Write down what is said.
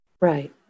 Right